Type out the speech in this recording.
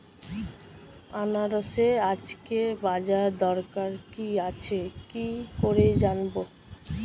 আনারসের আজকের বাজার দর কি আছে কি করে জানবো?